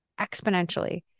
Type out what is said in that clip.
exponentially